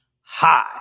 high